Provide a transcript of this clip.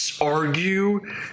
argue